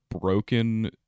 broken